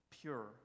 pure